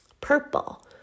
Purple